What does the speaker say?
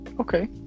Okay